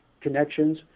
connections